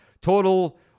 Total